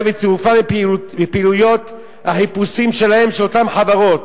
וצירופן לפעילויות החיפוש של אותן חברות.